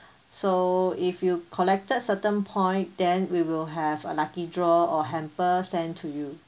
so if you collected certain point then we will have a lucky draw or hamper sent to you